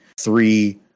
three